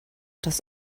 das